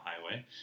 highway